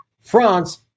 France